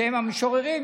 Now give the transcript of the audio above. שהם המשוררים,